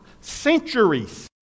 centuries